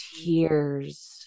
tears